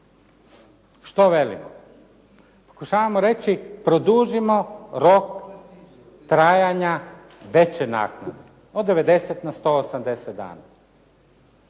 Što velimo? Pokušavamo reći produžimo rok trajanja veće naknade, od 90 na 180 dana